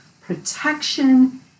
protection